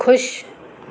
खु़शि